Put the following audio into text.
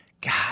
God